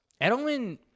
Edelman